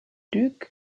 duc